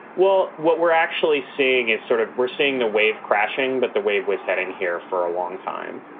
well, what we're actually seeing is sort of we're seeing the wave crashing, but the wave was heading here for a long time.